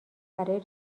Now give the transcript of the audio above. برای